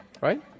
Right